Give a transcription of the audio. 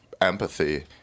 empathy